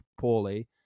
poorly